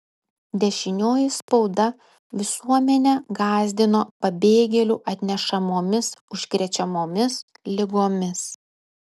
dešinioji spauda visuomenę gąsdino pabėgėlių atnešamomis užkrečiamomis ligomis